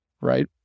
Right